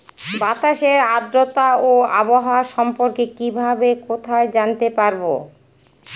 বাতাসের আর্দ্রতা ও আবহাওয়া সম্পর্কে কিভাবে কোথায় জানতে পারবো?